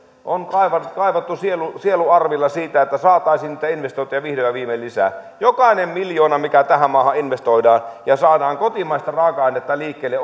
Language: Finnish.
on kaivattu sielu sielu arvilla sitä että saataisiin niitä investointeja vihdoin ja viimein lisää jokainen miljoona mikä tähän maahan investoidaan ja saadaan kotimaista raaka ainetta liikkeelle